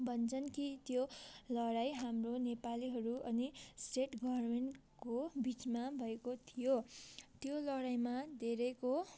भन्छन् कि त्यो लडाइँ हाम्रो नेपालीहरू अनि स्टेट गभर्मेन्टको बिचमा भएको थियो त्यो लडाइँमा धेरैको